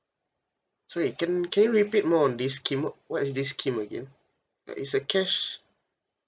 so it can can you repeat more on this scheme what is this scheme again uh it's a cash